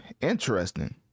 Interesting